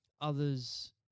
others